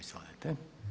Izvolite.